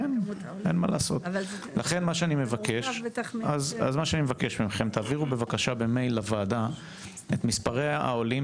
אני מבקש מכם להעביר במייל לוועדה את מספרי העולים